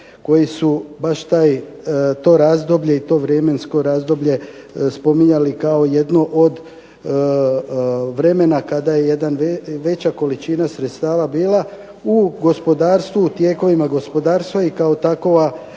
koji su baš taj, to razdoblje i to vremensko razdoblje spominjali kao jednu od vremena kada je jedna veća količina sredstava bila u gospodarstvu, u tijekovima gospodarstva i kao takvu